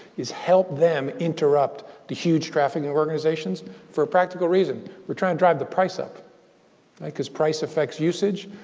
he's helped them interrupt the huge trafficking organizations for a practical reason. we're trying to drive the price up like because price affects usage.